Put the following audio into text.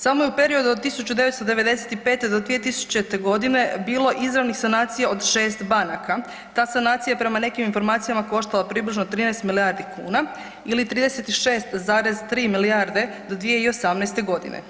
Samo je u periodu od 1995. do 2000. godine bilo izravnih sanacija od šest banaka, ta sanacija je prema nekim informacijama koštala približno 13 milijardi kuna ili 36,3 milijarde do 2018. godine.